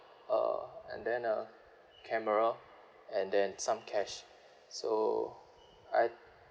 uh and then uh camera and then some cash so I